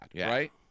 right